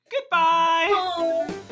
Goodbye